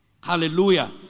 Hallelujah